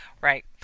Right